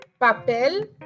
papel